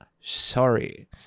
Sorry